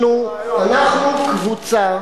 אנחנו קבוצה